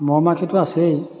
মহ মাখিতো আছেই